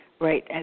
Right